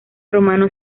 romano